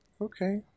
okay